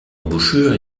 embouchure